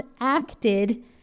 acted